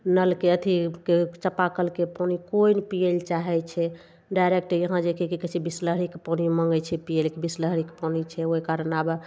नलके अथी चापाकलके पानि कोइ नहि पीयै लए चाहय छै डायरेक्ट यहाँ जे कि की कहै छै बिसलेरीके पानि माँगय छै पीयै लए कि बिसलेरीके पानि छै ओइ कारण आब